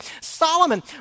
Solomon